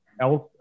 else